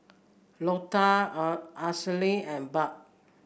Lota Ashleigh and Bud